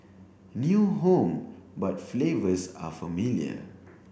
new home but flavors are familiar